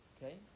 Okay